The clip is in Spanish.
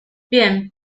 bien